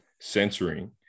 censoring